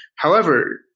however,